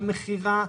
על מכירה,